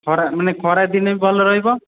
ଖରା ମାନେ ଖରା ଦିନେ ବି ଭଲ ରହିବ